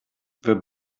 wer